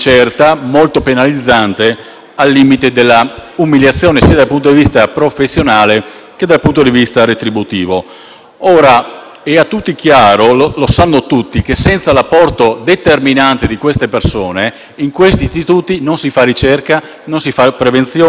al limite della umiliazione, sia dal punto di vista professionale che dal punto di vista retributivo. È a tutti chiaro che senza l'apporto determinante di queste persone in questi istituti non si fa ricerca, non si fa la prevenzione e non si garantisce l'eccellenza